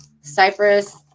cypress